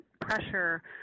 pressure